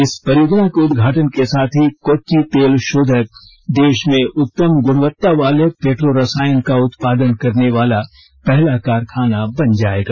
इस परियोजना के उदघाटन के साथ ही कोच्चि तेलशोधक देश में उत्तम गुणवत्ता वाले पेट्रो रसायन का उत्पादन करने वाला पहला कारखाना बन जाएगा